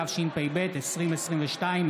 התשפ"ב 2022,